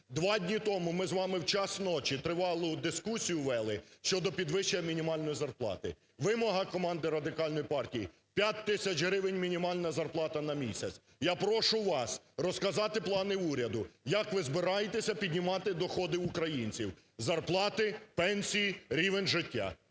Два дні тому ми з вами у час ночі тривалу дискусію вели щодо підвищення мінімальної зарплати. Вимога команди Радикальної партії – 5 тисяч гривень мінімальна зарплата на місяць. Я прошу вас розказати плани уряду, як ви збираєтеся піднімати доходи українців: зарплати, пенсії, рівень життя.